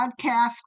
podcast